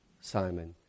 Simon